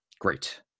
Great